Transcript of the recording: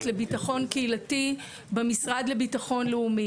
לביטחון קהילתי במשרד לביטחון לאומי.